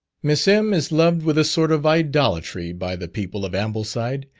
miss m. is loved with a sort of idolatry by the people of ambleside,